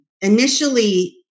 initially